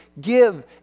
give